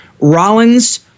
Rollins